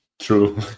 True